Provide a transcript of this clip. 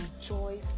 joy